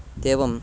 इत्येवम्